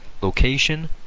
location